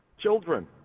Children